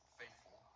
faithful